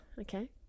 Okay